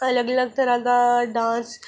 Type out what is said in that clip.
अलग अलग तरह दा डांस